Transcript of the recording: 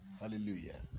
Hallelujah